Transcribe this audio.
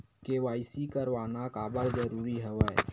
KYC करवाना काबर जरूरी हवय?